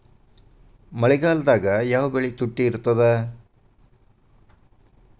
ಮಳೆಗಾಲದಾಗ ಯಾವ ಬೆಳಿ ತುಟ್ಟಿ ಇರ್ತದ?